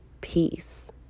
peace